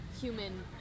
human